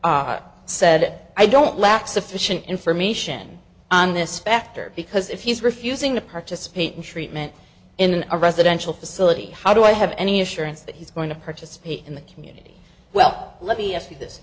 said i don't lack sufficient information on this factor because if he's refusing to participate in treatment in a residential facility how do i have any assurance that he's going to participate in the community well let me ask you this